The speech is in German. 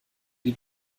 die